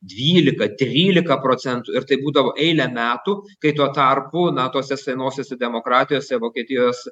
dvylika trylika procentų ir taip būdavo eilę metų kai tuo tarpu na tose senosiose demokratijose vokietijos